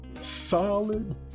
solid